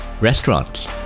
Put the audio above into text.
Restaurants